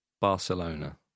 Barcelona